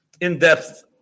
in-depth